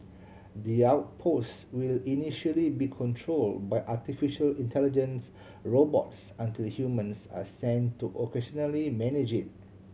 the outpost will initially be control by artificial intelligence robots until humans are sent to occasionally manage it